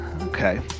Okay